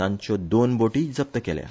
तांच्यो दोन बोटीय जप्त केल्यात